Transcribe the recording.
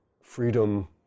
freedom